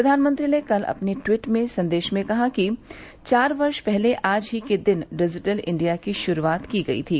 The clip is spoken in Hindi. प्रधानमंत्री ने कल अपने ट्वीट संदेश में कहा कि चार वर्ष पहले आज ही के दिन डिजिटल इंडिया की शुरूआत की गई थी